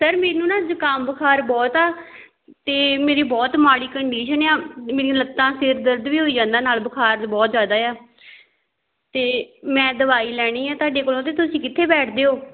sir ਮੈਨੂੰ ਨਾ ਜ਼ੁਕਾਮ ਬੁਖਾਰ ਬਹੁਤ ਆ ਅਤੇ ਮੇਰੀ ਬਹੁਤ ਮਾੜੀ ਕੰਡੀਸ਼ਨ ਆ ਮੇਰੀਆਂ ਲੱਤਾਂ ਸਿਰ ਦਰਦ ਵੀ ਹੋਈ ਜਾਂਦਾ ਨਾਲ ਬੁਖਾਰ ਬਹੁਤ ਜ਼ਿਆਦਾ ਆ ਤਾਂ ਮੈਂ ਦਵਾਈ ਲੈਣੀ ਹੈ ਤੁਹਾਡੇ ਕੋਲੋਂ ਤਾਂ ਤੁਸੀਂ ਕਿੱਥੇ ਬੈਠਦੇ ਹੋ